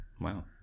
Wow